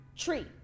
Tree